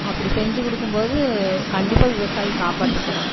அப்படி செஞ்சி கொடுக்கம் போது கண்டிப்பாக விவசாயி காப்பாற்றப்படணும்